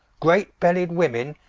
great belly'd women,